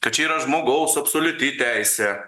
kad čia yra žmogaus absoliuti teisė